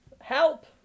Help